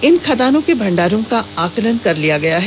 इन खदानों के भंडार का आकलन कर लिया गया है